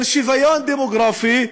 של שוויון דמוגרפי,